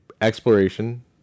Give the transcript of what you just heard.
exploration